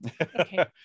Okay